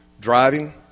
Driving